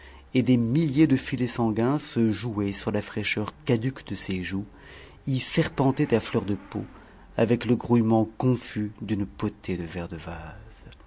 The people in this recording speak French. et des milliers de filets sanguins se jouaient sur la fraîcheur caduque de ses joues y serpentaient à fleur de peau avec le grouillement confus d'une potée de vers de vase